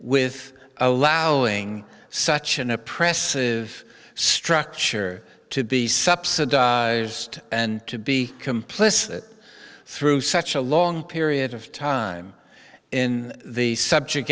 with allow such an oppressive structure to be subsidized and to be complicit through such a long period of time in the subj